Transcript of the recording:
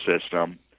system